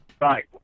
Right